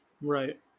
right